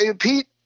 Pete